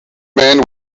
man